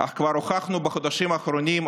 אך כבר הוכחנו בחודשים האחרונים,